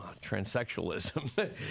transsexualism